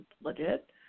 legit